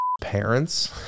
parents